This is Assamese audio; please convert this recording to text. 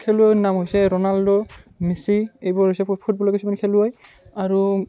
খেলুৱৈৰ নাম হৈছে ৰনাল্ড' মেছি এইবোৰ হৈছে ফুটবলৰ কিছুমান খেলুৱৈ আৰু